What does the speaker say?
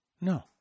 No